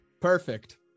Perfect